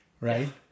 Right